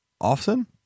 often